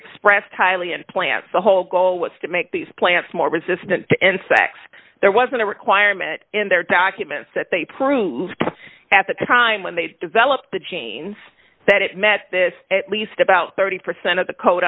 expressed highly in plants the whole goal was to make these plants more resistant to insects there was a requirement in their documents that they proved at the time when they developed the chains that it met this at least about thirty percent of the co